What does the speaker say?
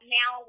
now